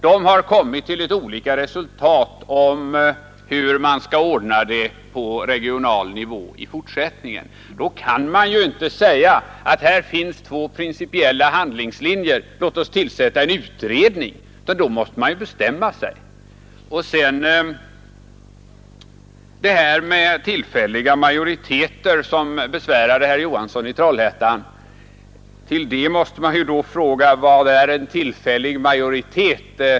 De har kommit till olika resultat om hur det skall vara ordnat på regional nivå i fortsättningen. Då kan man ju inte säga att här finns två principiella handlingslinjer — låt oss tillsätta en utredning! Då måste man ju bestämma sig! Beträffande detta med tillfälliga majoriteter, som besvärade herr Johansson i Trollhättan, så uppställer sig ju frågan: Vad är en tillfällig majoritet?